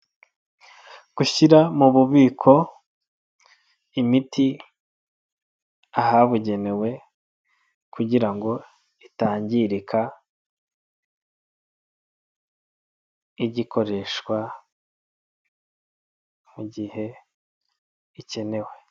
Gushyira mu bubiko imiti ahabugenewe kugira ngo itangirika ige ikoreshwa mu gihe ikenewe.